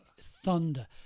Thunder